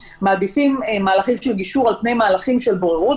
מעדיפים מהלכים של גישור על פני מהלכים של בוררות,